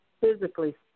physically